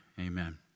Amen